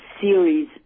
series